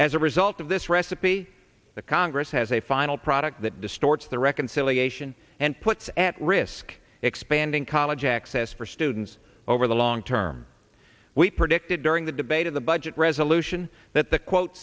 as a result of this recipe the congress has a final product that distorts the reconciliation and puts at risk expanding college access for students over the long term we predicted during the debate of the budget resolution that the quote